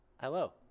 Hello